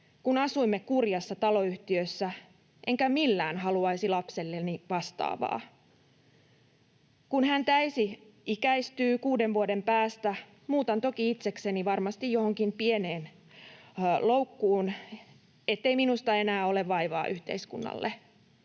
kun asuimme kurjassa taloyhtiössä, enkä millään haluaisi lapselleni vastaavaa. Kun hän täysi-ikäistyy kuuden vuoden päästä, muutan toki itsekseni varmasti johonkin pieneen loukkoon, ettei minusta enää ole vaivaa yhteiskunnalle.